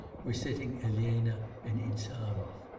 were sitting elena and insarov.